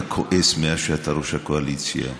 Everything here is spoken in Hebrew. אתה כועס מאז שאתה יושב-ראש הקואליציה.